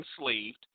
enslaved